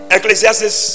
Ecclesiastes